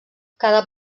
cada